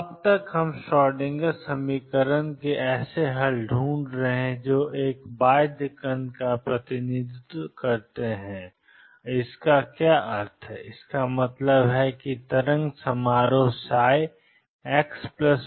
अब तक हम श्रोडिंगर समीकरण के ऐसे हल ढूंढ रहे हैं जो एक बाध्य कण का प्रतिनिधित्व करते हैं और इसका क्या अर्थ है इसका मतलब है तरंग समारोह x→±∞→0